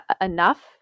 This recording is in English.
enough